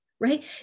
right